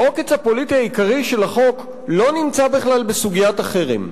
העוקץ הפוליטי העיקרי של החוק לא נמצא בכלל בסוגיית החרם.